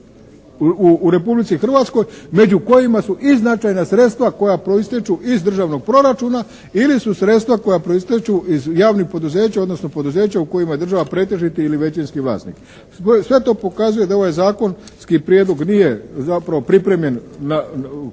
u Republici Hrvatskoj među kojima su i značajna sredstva koja proistječu iz državnog proračuna ili su sredstva koja proistječu iz javnih poduzeća odnosno poduzeća u kojima je država pretežiti ili većinski vlasnik. Sve to pokazuje da je ovaj zakonski prijedlog nije zapravo pripremljen na